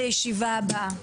הישיבה ננעלה בשעה 11:01.